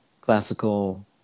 Classical